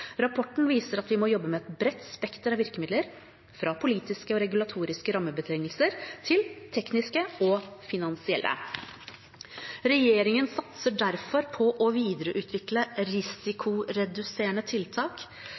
Rapporten viser at vi må jobbe med et bredt spekter av virkemidler, fra politiske og regulatoriske rammebetingelser til tekniske og finansielle. Regjeringen satser derfor på å videreutvikle risikoreduserende tiltak,